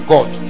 God